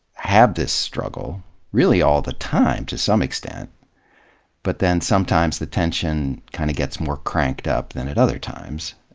have this struggle really all the time, to some extent but then sometimes the tension kind of gets more cranked up than at other times.